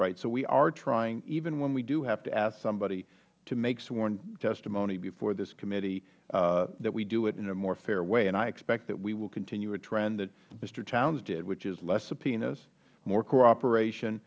rights so we are trying even when we do have to ask somebody to make sworn testimony before this committee that we do it in a more fair way and i expect that we will continue a trend that mr htowns did which is less subpoenas more cooperation